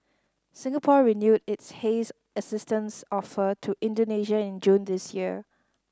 Singapore renewed its haze assistance offer to Indonesia in June this year